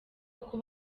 kuko